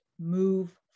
move